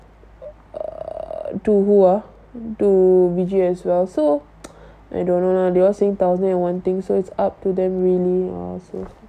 err as well so I don't know lah they all same problem one thing so it's up to them really ah